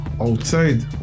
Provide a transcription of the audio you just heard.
outside